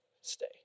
stay